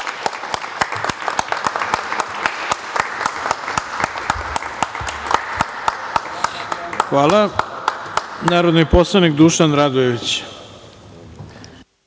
Hvala. Narodni poslanik Dušan Radojević